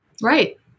Right